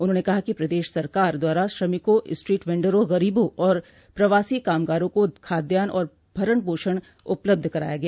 उन्होंने कहा कि प्रदेश सरकार द्वारा श्रमिकों स्ट्रीट वेन्डरों गरीबों और प्रवासी कामगारों को खाद्यान्न और भरण पोषण उपलब्ध कराया गया